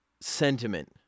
sentiment